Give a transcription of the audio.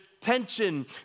tension